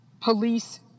police